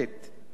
בעצם,